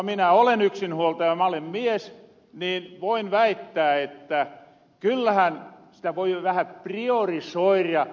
minä olen yksinhuoltaja ja mä olen mies niin että voin väittää että kyllähän sitä voi vähän priorisoira